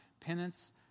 Penance